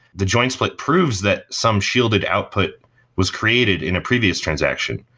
the join split proves that some shielded output was created in a previous transaction,